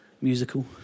musical